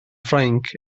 ffrainc